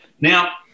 Now